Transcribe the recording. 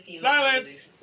Silence